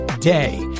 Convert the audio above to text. day